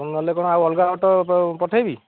ଆପଣ ନହେଲେ କ'ଣ ଆଉ ଅଲଗା ଅଟୋ ପଠାଇବି